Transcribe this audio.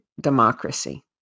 democracy